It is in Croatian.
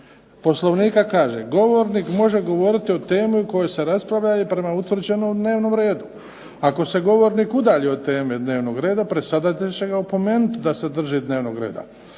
Poslovnika kaže: "Govornik može govoriti o temi o kojoj se raspravlja i prema utvrđenom dnevnom redu. Ako se govornik udalji od teme dnevnog reda predsjedavatelj će ga opomenuti da se drži dnevnog reda,